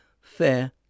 fair